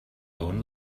own